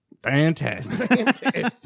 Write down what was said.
fantastic